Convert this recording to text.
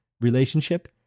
relationship